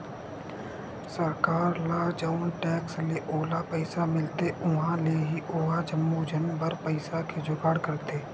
सरकार ल जउन टेक्स ले ओला पइसा मिलथे उहाँ ले ही ओहा जम्मो झन बर पइसा के जुगाड़ करथे